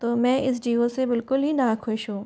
तो मैं इस डिओ से बिल्कुल ही ना खुश हूँ